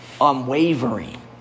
unwavering